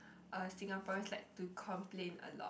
uh Singaporeans like to complain a lot